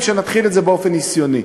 שנתחיל את זה בהם באופן ניסיוני,